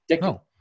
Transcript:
No